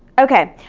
okay,